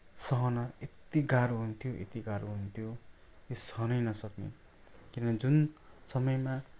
सहन यति गाह्रो हुन्थ्यो यति गाह्रो हुन्थ्यो त्यो सहनै नसक्ने किनभने जुन समयमा